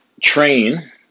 train